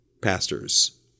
pastors